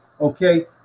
okay